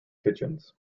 kitchens